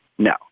No